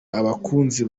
abakunzi